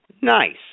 Nice